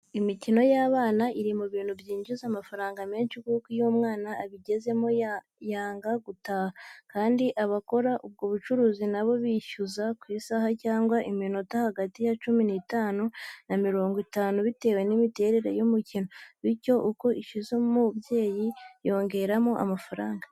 Imikino y'abana iri mu bintu byinjiza amafaranga menshi kuko iyo umwana abigezemo yanga gutaha, kandi abakora ubwo bucuruzi nabo bishyuza ku isaha cyangwa iminota hagati ya cumi n'itanu na mirongo itatu bitewe n'imiterere y'umukino, bityo uko ishize umubyeyi yongeramo amafaranga.